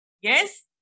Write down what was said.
Yes